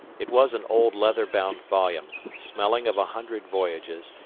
it was an old leather-bound volume, smelling of a hundred voyages,